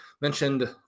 mentioned